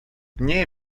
nie